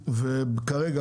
כרגע,